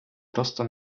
просто